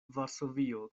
varsovio